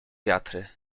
wiatry